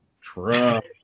Trump